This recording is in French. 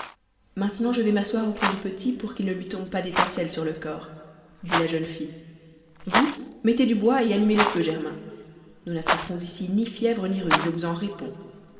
maintenant je vais m'asseoir auprès du petit pour qu'il ne lui tombe pas d'étincelles sur le corps dit la jeune fille vous mettez du bois et animez le feu germain nous n'attraperons ici ni fièvre ni rhume je vous en réponds